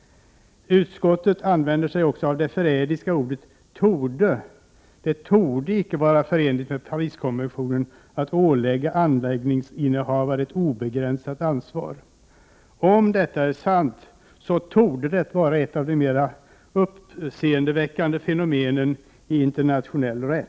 Utskottet använder sig också av det förrädiska ordet torde: ”det torde inte vara förenligt med Pariskonventionen att ålägga anläggningsinnehavaren ett obegränsat ansvar”. Om detta är sant, torde det vara ett av de mera uppseendeväckande fenomenen i internationell rätt.